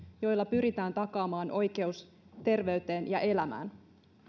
joilla pyritään takaamaan oikeus terveyteen ja elämään